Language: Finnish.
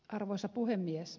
arvoisa puhemies